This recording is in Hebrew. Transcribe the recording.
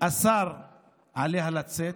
אסר עליה לצאת.